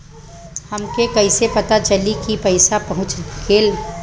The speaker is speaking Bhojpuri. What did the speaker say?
हमके कईसे पता चली कि पैसा पहुच गेल?